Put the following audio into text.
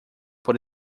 por